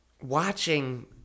watching